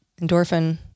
endorphin